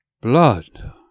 blood